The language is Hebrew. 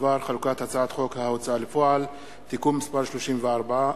בדבר חלוקת הצעת חוק ההוצאה לפועל (תיקון מס' 34),